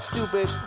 stupid